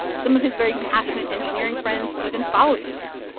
some of his very passionate engineering friends even followed him there.